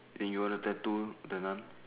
then you want a tattoo don't want